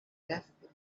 destiny